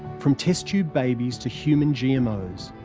from test-tube babies to human gmos,